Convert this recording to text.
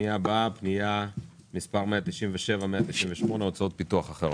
הפנייה הבאה היא 197,198 הוצאות פיתוח אחרות.